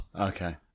Okay